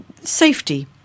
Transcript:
safety